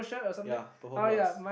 ya purple blouse